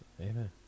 Amen